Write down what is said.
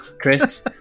chris